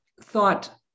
thought